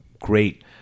great